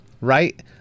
right